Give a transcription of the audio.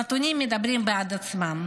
הנתונים מדברים בעד עצמם.